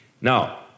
Now